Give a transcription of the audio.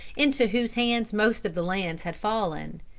into whose hands most of the lands had fallen.